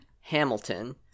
Hamilton